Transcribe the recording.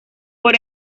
por